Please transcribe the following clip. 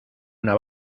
una